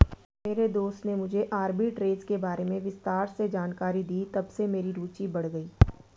मेरे दोस्त ने मुझे आरबी ट्रेज़ के बारे में विस्तार से जानकारी दी तबसे मेरी रूचि बढ़ गयी